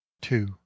Two